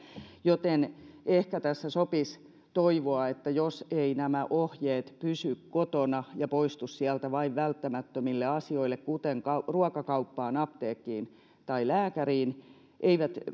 joten ehkä tässä sopisi toivoa että jos nämä ohjeet pysy kotona ja poistu sieltä vain välttämättömille asioille kuten ruokakauppaan apteekkiin tai lääkäriin eivät